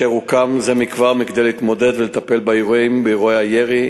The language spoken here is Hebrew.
שהוקם זה מכבר כדי להתמודד ולטפל באירועי הירי,